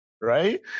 right